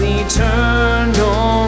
eternal